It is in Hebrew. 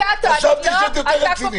חשבתי שאת יותר רצינית.